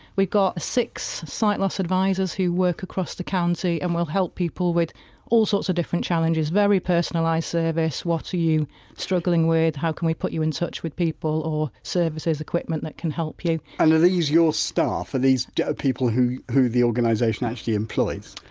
we've got six sight loss advisors who work across the county and will help people with all sorts of different challenges, very personalised service what are you struggling with, how can we put you in touch with people or services, equipment that can help you and are these your staff, are these people who who the organisation actually employs?